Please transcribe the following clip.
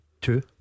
Two